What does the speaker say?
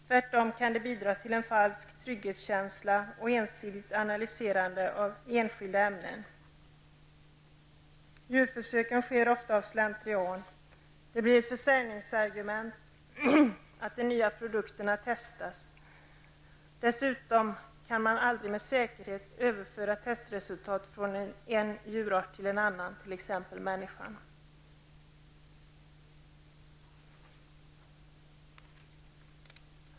Tvärtom kan ett ensidigt analyserane av enskilda ämnden bidra till en falsk trygghetskänsla. Djurförsöken sker ofta av slentrian. Det blir ett försäljningsargument att de nya produkterna har testats. Dessutom kan man aldrig med säkerhet överföra testresultaten från en djurart till en annan, t.ex. människan.